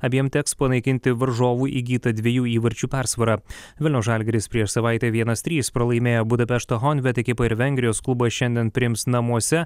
abiem teks panaikinti varžovų įgytą dviejų įvarčių persvarą vilniaus žalgiris prieš savaitę vienas trys pralaimėjo budapešto honvet ekipai ir vengrijos klubas šiandien priims namuose